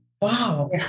wow